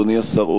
אדוני השר,